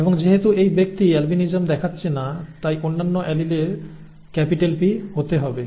এবং যেহেতু এই ব্যক্তি অ্যালবিনিজম দেখাচ্ছে না তাই অন্যান্য অ্যালিলের P হতে হবে